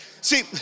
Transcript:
See